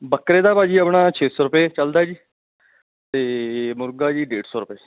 ਬੱਕਰੇ ਦਾ ਭਾਅ ਜੀ ਆਪਣਾ ਛੇ ਸੌ ਰੁਪਏ ਚਲਦਾ ਜੀ ਅਤੇ ਮੁਰਗਾ ਜੀ ਡੇਢ ਸੌ ਰੁਪਏ